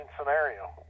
scenario